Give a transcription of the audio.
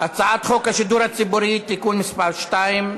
הצעת חוק השידור הציבורי (תיקון מס' 2),